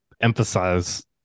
emphasize